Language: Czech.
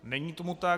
Není tomu tak.